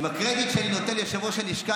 "עם הקרדיט שאני נותן ליושב-ראש הלשכה,